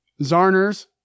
zarners